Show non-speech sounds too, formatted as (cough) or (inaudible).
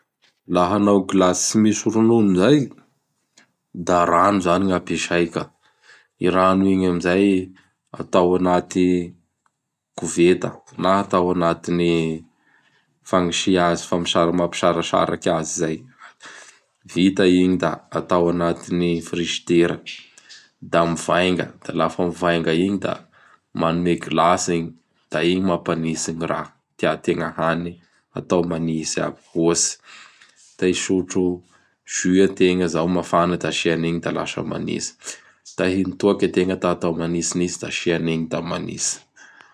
Laha hanao glace tsy misy ronono zay da rano zany gn'apiasay ka. (noise) I rano igny amin'izay atao anaty koveta (noise) na atao agnatin'ny fagnisia azy fa somary mampisarasaraky azy zay. (noise) Vita igny da atao anatin'y frizidera. (noise) Da mivainga, da lafa mivainga da manome glace igny. Da igny gny mapanitsy ny raha tiategna hany atao manitsy aby koa, ohatsy, (noise) te hisotro jus ateña izao mafana da asianigny da lasa manitsy; (noise) te hino toaky ategna atao manitsinitsy da asia anigny da manitsy.